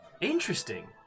interesting